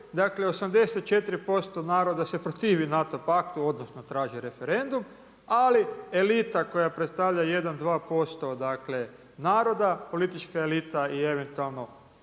dakle 84% naroda se protivi NATO paktu odnosno traži referendum, ali elita koja predstavlja 1, 2% naroda politička elita i eventualno